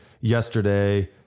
yesterday